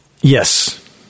Yes